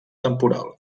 temporal